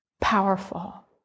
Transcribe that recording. powerful